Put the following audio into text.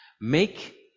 Make